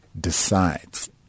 decides